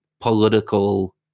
political